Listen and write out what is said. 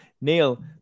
Neil